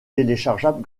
téléchargeable